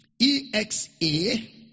E-X-A